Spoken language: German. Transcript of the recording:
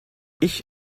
ich